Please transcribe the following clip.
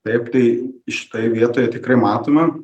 taip tai štoj vietoje tikrai matome